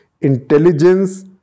intelligence